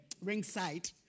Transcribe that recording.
ringside